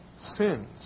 sins